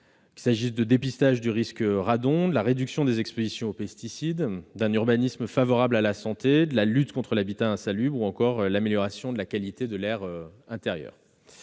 : dépistage du risque radon, réduction des expositions aux pesticides, urbanisme favorable à la santé, lutte contre l'habitat insalubre, amélioration de la qualité de l'air intérieur